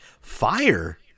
Fire